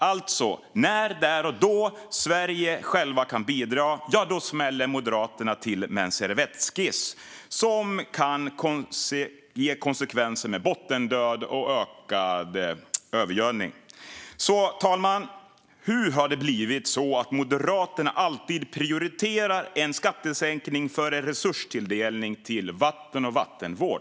Där och då, när vi i Sverige själva kan bidra, smäller alltså Moderaterna till med en servettskiss, som kan ge konsekvenser som bottendöd och ökad övergödning. Så, herr talman, hur har det blivit så att Moderaterna alltid prioriterar en skattesänkning framför resurstilldelning till vatten och vattenvård?